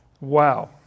Wow